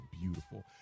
beautiful